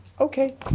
Okay